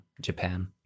Japan